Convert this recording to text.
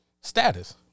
status